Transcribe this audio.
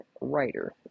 writer